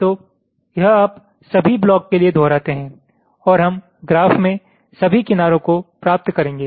तो यह आप सभी ब्लॉक के लिए दोहराते हैं और हम ग्राफ में सभी किनारों को प्राप्त करेंगे